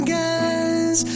guys